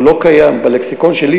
זה לא קיים בלקסיקון שלי,